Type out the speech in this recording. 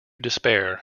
despair